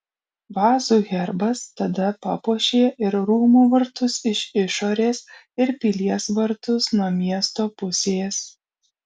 vazų herbas tada papuošė ir rūmų vartus iš išorės ir pilies vartus nuo miesto pusės